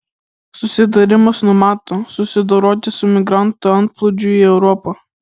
susitarimas numato susidoroti su migrantų antplūdžiu į europą